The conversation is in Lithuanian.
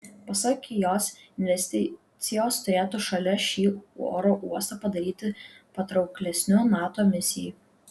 pasak jos investicijos turėtų šalia šį oro uostą padaryti patrauklesniu nato misijai